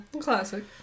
classic